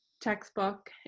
textbook